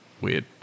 Weird